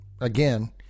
again